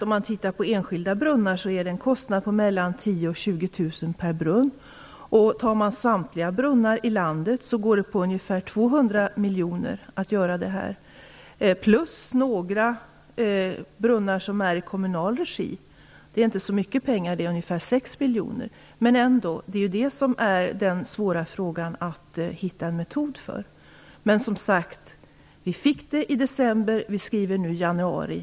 Om man tittar på enskilda brunnar rör det sig om en kostnad på mellan 10 000 och 20 000 kr per brunn. Tar man samtliga brunnar i hela landet går kostnaderna på ca 200 miljoner för att genomföra detta. Därutöver finns det några kommunala brunnar, där det skulle kosta ca 6 miljoner kronor. Det är inte så mycket pengar, men den svåra frågan är ändå att man måste hitta en metod. Men som sagt, vi fick rapporten i december, och vi skriver nu januari.